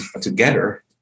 together